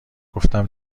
گفتم